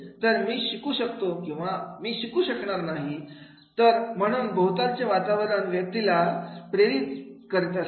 तर मी शिकू शकतो किंवा मी शिकू शकणार नाही तर म्हणून भोवतालचे वातावरण व्यक्तीला काय प्रेरणा देते